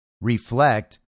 reflect